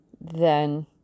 Then